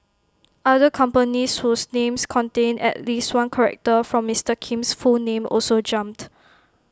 other companies whose names contained at least one character from Mister Kim's full name also jumped